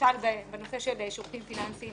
למשל בנושא של שירותים פיננסיים